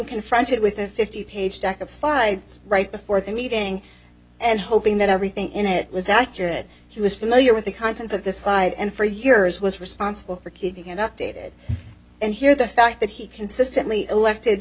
confronted with a fifty page deck of thought i was right before the meeting and hoping that everything in it was accurate he was familiar with the contents of this slide and for years was responsible for keeping it updated and here the fact that he consistently elected